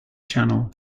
channel